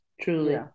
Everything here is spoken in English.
Truly